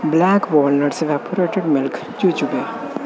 black holder milk ਚੁਚਵੇ